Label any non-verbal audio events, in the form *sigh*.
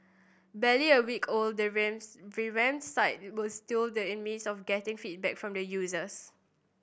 barely a week old the *unintelligible* revamped site was still the in midst of getting feedback from users